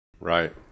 right